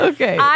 Okay